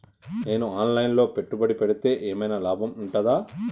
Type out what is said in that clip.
నేను online లో పెట్టుబడులు పెడితే ఏమైనా లాభం ఉంటదా?